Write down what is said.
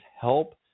help